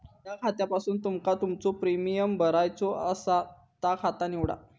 ज्या खात्यासून तुमका तुमचो प्रीमियम भरायचो आसा ता खाता निवडा